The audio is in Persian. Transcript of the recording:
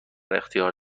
اختیار